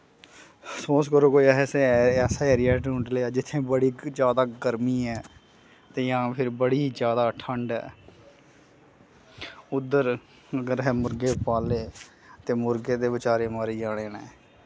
suppose करो ऐसा ऐसा एरिया ढूंढ लेआ जित्थें बड़ी जैदा गर्मी ऐ ते जां फिर बड़ी जैदा ठंड ऐ उध्दर अगर असैं मुर्गे पाले ते मुर्गे ते बेचारे मरी जाने न